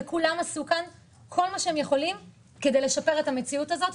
כולם עשו כאן כל מה שהם יכולים כדי לשפר את המציאות הזאת.